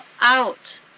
out